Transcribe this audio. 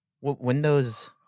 Windows